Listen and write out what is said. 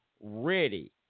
ready